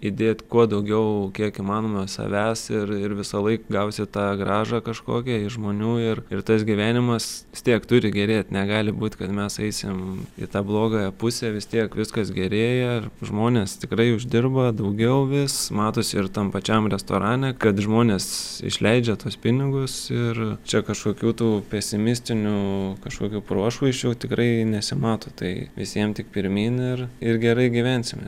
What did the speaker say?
įdėt kuo daugiau kiek įmanoma savęs ir ir visąlaik gausi tą grąžą kažkokią iš žmonių ir ir tas gyvenimas vis tiek turi jis gerėt negali būt kad mes eisim į tą blogąją pusę vis tiek viskas gerėja žmonės tikrai uždirba daugiau vis matosi ir tam pačiam restorane kad žmonės išleidžia tuos pinigus ir čia kažkokių tų pesimistinių kažkokių prošvaisčių tikrai nesimato tai visiem tik pirmyn ir ir gerai gyvensime